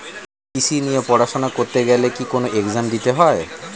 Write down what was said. কৃষি নিয়ে পড়াশোনা করতে গেলে কি কোন এগজাম দিতে হয়?